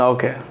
Okay